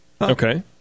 Okay